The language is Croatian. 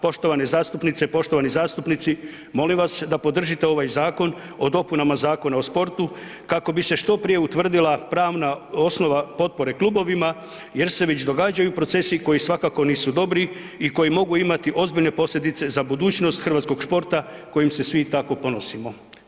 Poštovane zastupnice i poštovani zastupnici molim vas da podržite ovaj Zakon o dopunama Zakona o sportu kako bi se što prije utvrdila pravna osnova potpore klubovima jer se već događaju procesi koji svakako nisu dobri i koji mogu imati ozbiljne posljedice za budućnost hrvatskog sporta kojim se svi tako ponosimo.